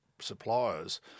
suppliers